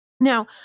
Now